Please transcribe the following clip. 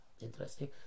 Interesting